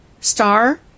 star